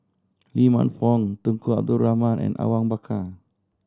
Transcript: Lee Man Fong Tunku Abdul Rahman and Awang Bakar